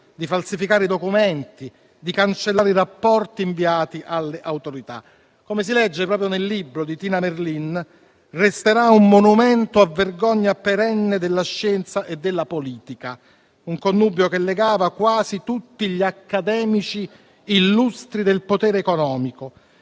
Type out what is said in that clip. di falsificare i documenti, di cancellare i rapporti inviati alle autorità. Come si legge proprio nel libro di Tina Merlin, resterà un monumento a vergogna perenne della scienza e della politica, un connubio che legava quasi tutti gli accademici illustri del potere economico: